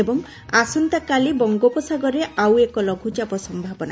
ଏବଂ ଆସନ୍ତାକାଲି ବଙ୍ଗୋପସାଗରରେ ଆଉ ଏକ ଲଘ୍ବଚାପ ସନ୍ତାବନା